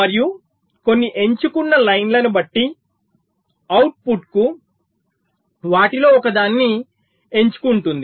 మరియు కొన్ని ఎంచుకున్న లైన్ లను బట్టి అవుట్పుట్కు వాటిలో ఒకదాన్ని ఎంచుకుంటుంది